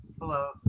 Hello